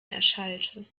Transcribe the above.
erschallte